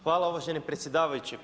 Hvala uvaženi predsjedavajući.